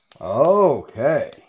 Okay